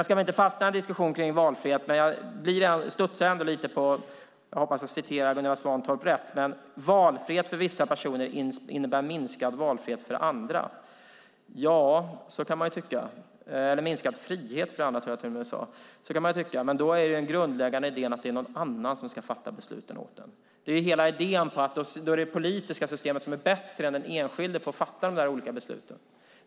Vi ska inte fastna i en diskussion om valfrihet, men jag studsar lite grann inför det som Gunilla Svantorp sade - jag hoppas att jag citerar henne rätt - nämligen att valfrihet för vissa personer innebär minskad valfrihet för andra, eller minskad frihet för andra tror jag till och med att hon sade. Så kan man tycka, men då är den grundläggande idén att det är någon annan som ska fatta besluten åt en. Då är det politiska systemet bättre än den enskilde på att fatta de olika besluten.